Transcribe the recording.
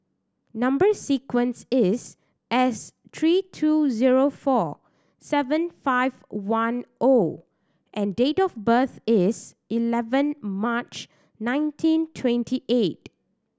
number sequence is S three two zero four seven five one O and date of birth is eleven March nineteen twenty eight